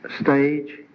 stage